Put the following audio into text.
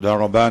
תודה רבה.